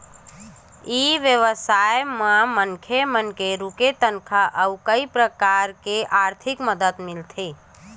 ई व्यवसाय से का का फ़ायदा हो सकत हे?